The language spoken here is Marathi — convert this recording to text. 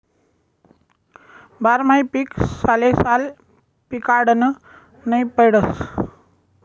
बारमाही पीक सालेसाल पिकाडनं नै पडस